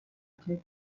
take